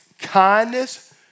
kindness